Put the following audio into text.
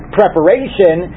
preparation